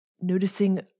noticing